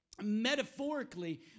metaphorically